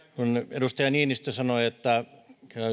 edustaja niinistö sanoi että käy